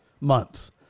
month